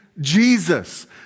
Jesus